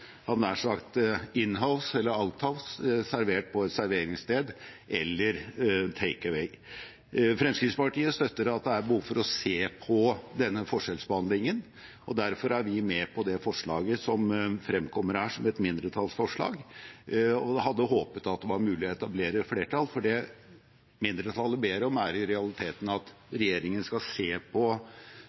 servert på et serveringssted, eller takeaway. Fremskrittspartiet støtter at det er behov for å se på denne forskjellsbehandlingen, og derfor er vi med på det forslaget som fremkommer her som et mindretallsforslag. Jeg hadde håpet at det var mulig å etablere flertall, for det mindretallet ber om, er i realiteten at regjeringen skal se på